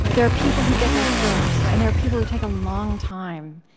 like there are people who get there first, and there are people who take a long time,